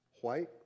white